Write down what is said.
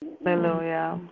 Hallelujah